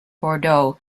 bordeaux